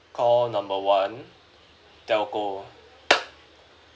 call number one telco